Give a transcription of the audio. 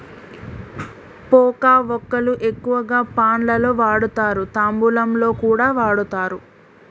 పోక వక్కలు ఎక్కువగా పాన్ లలో వాడుతారు, తాంబూలంలో కూడా వాడుతారు